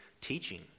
teaching